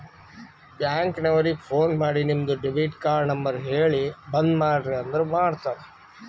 bank ನವರಿಗ phone ಮಾಡಿ ನಿಮ್ದು ಡೆಬಿಟ್ ಕಾರ್ಡ್ ನಂಬರ್ ಹೇಳಿ ಬಂದ್ ಮಾಡ್ರಿ ಅಂದುರ್ ಮಾಡ್ತಾರ